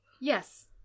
Yes